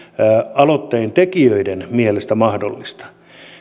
aloitteen tekijöiden mielestä mahdollista